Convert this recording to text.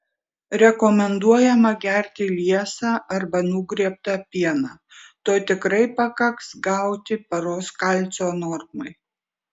rekomenduojama gerti liesą arba nugriebtą pieną to tikrai pakaks gauti paros kalcio normai